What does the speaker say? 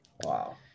Wow